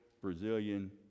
Brazilian